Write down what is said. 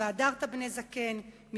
"והדרת פני זקן" ,